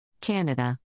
Canada